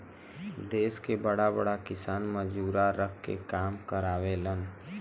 देस के बड़ा बड़ा किसान मजूरा रख के काम करावेलन